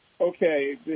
okay